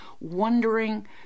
wondering